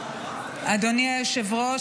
אדוני היושב-ראש,